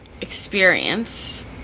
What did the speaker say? experience